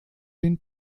den